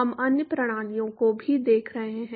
हम अन्य प्रणालियों को भी देख रहे हैं